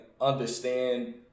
understand